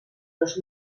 dos